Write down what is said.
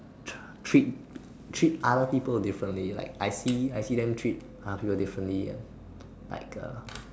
tr~ treat treat other people differently like I see I see them treat other people differently like uh